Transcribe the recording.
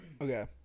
okay